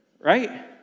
right